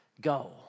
Go